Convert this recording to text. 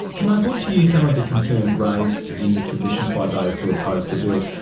can i put to you some of the concerns raised in the submissions by those who oppose the bill?